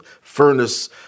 furnace